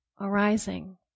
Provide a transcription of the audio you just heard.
arising